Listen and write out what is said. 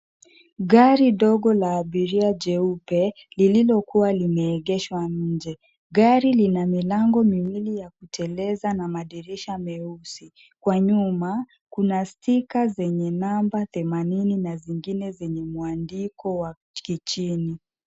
Gari dogo la abiria jeupe lililokuwa limeegeshwa nje. Gari lina milango miwili ya kuteleza na madirisha meusi. Kwa nyuma kuna stika zenye namba themanini na zingine zenye mwandiko wa kichini.